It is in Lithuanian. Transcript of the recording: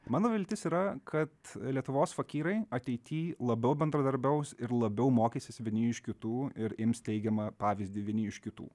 mano viltis yra kad lietuvos fakyrai ateity labiau bendradarbiaus ir labiau mokysis vieni iš kitų ir ims teigiamą pavyzdį vieni iš kitų